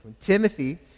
Timothy